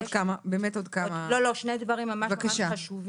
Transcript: אלו שני דברים ממש חשובים.